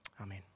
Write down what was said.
Amen